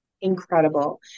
Incredible